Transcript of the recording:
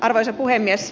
arvoisa puhemies